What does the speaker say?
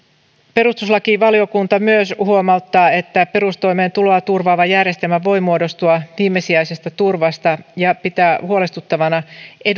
perustuslakivaliokunta myös huomauttaa ettei perustoimeentuloa turvaava järjestelmä voi muodostua viimesijaisesta turvasta ja pitää huolestuttavana